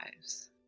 lives